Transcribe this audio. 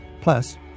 Plus